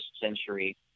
century